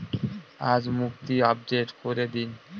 আজ মুক্তি আপডেট করে দিন